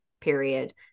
period